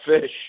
fish